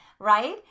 Right